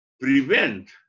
prevent